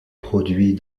produits